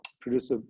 produce